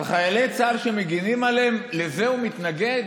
על חיילי צה"ל שמגינים עליהם, לזה הוא מתנגד?